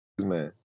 man